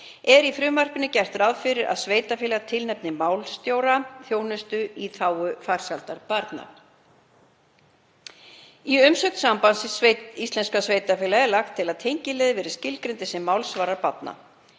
er í frumvarpinu gert ráð fyrir að sveitarfélag tilnefni málstjóra þjónustu í þágu farsældar barns. Í umsögn Sambands íslenskra sveitarfélaga er lagt til að tengiliðir verði skilgreindir sem málsvarar barna.